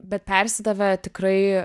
bet persidavė tikrai